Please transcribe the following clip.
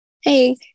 Hey